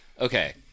Okay